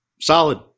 solid